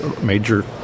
major